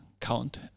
count